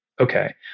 Okay